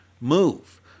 move